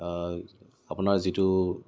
আপোনাৰ যিটো